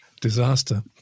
Disaster